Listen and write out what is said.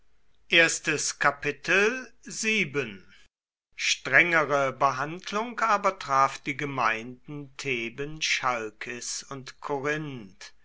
strengere behandlung aber traf die gemeinden theben chalkis und korinth